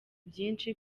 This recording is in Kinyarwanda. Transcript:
byinshi